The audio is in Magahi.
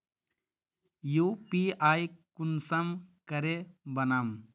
यु.पी.आई कुंसम करे बनाम?